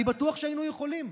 אני בטוח שהיינו יכולים,